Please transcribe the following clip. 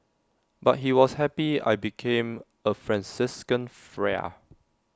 but he was happy I became A Franciscan Friar